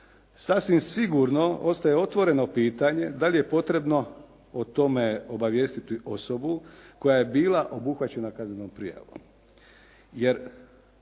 Sasvim sigurno ostaje otvoreno pitanje da li je potrebno o tome obavijestiti osobu koja je bila obuhvaćena kaznenom prijavom.